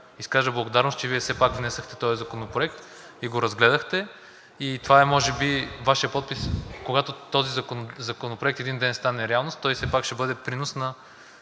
изкажа благодарност, че Вие все пак внесохте този законопроект, и го разгледахте, и това е може би Вашият подпис. Когато този законопроект един ден стане реалност, той все пак ще бъде принос на